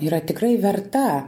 yra tikrai verta